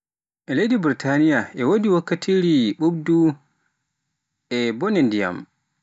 Leydi Burtaniya, e wodi wakkati ɓuuɓɗo e bone ndiyam.